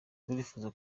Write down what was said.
turifuza